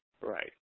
right